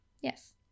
Yes